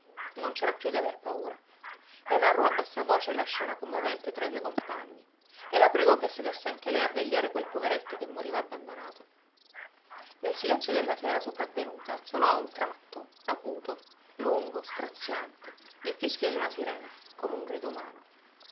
non c'era piú da aver paura le narrò a bassa voce la scena commovente tra i due compagni e la pregò che sedesse anche lei a vegliare quel poveretto che moriva abbandonato nel silenzio della sera sopravvenuta sonò a un tratto acuto lungo straziante il fischio d'una sirena come un grido umano